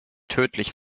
tödlich